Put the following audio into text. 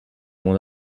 moins